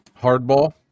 Hardball